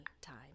time